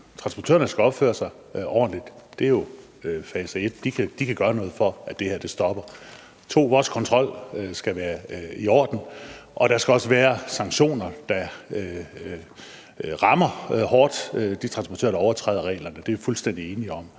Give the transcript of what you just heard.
transportørerne skal opføre sig ordentligt. Det er jo fase 1. De kan gøre noget for, at det her stopper. Fase 2: Vores kontrol skal være i orden, og der skal også være sanktioner, der hårdt rammer de transportører, der overtræder reglerne. Det er vi fuldstændig enige om,